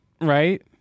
right